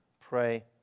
pray